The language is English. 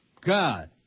God